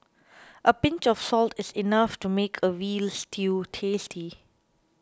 a pinch of salt is enough to make a Veal Stew tasty